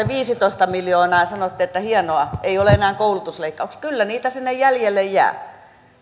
viisitoista miljoonaa ja sanotte että hienoa ei ole enää koulutusleikkauksia kyllä niitä sinne jäljelle jää